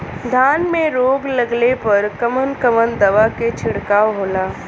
धान में रोग लगले पर कवन कवन दवा के छिड़काव होला?